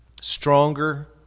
Stronger